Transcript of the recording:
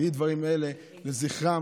ויהיו דברים אלה לזכרם,